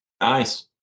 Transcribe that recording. Nice